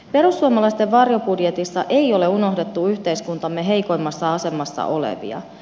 perussuomalaisten varjobudjetissa ei ole unohdettu yhteiskuntamme heikoimmassa asemassa olevia